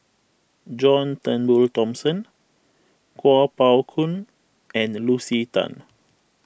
John Turnbull Thomson Kuo Pao Kun and Lucy Tan